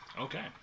Okay